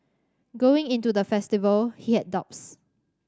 going into the festival he had doubts